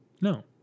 No